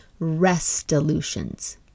restolutions